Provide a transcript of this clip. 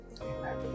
Amen